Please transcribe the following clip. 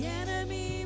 enemy